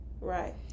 Right